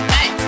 Hey